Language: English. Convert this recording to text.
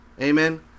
Amen